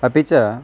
अपि च